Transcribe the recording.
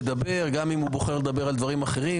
ידבר גם אם הוא בוחר לדבר על דברים אחרים.